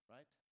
Right